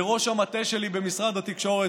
לראש המטה שלי במשרד התקשורת,